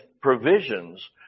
provisions